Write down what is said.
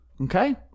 okay